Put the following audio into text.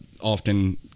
often